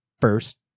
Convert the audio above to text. first